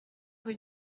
rue